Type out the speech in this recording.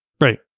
Right